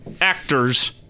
actors